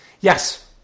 Yes